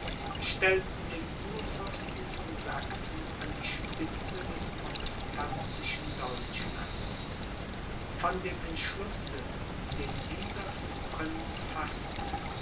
stellten den kurfürsten von sachsen an die spitze des protestantischen deutschlands von dem entschlusse den dieser prinz faßte